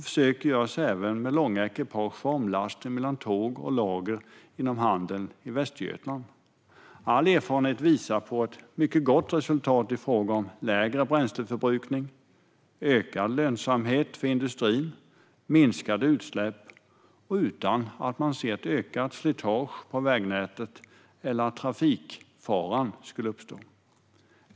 Försök görs även med långa ekipage för omlastning mellan tåg och lager inom handeln i Västergötland. All erfarenhet visar på ett mycket gott resultat i fråga om lägre bränsleförbrukning, ökad lönsamhet för industri och minskade utsläpp utan att man ser ett ökat slitage på vägnätet eller att trafikfara skulle uppstå.